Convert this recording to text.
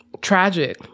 tragic